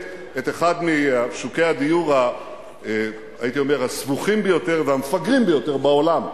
אחד משוקי הדיור הסבוכים ביותר והמפגרים ביותר בעולם.